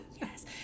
Yes